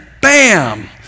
bam